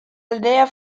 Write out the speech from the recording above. aldea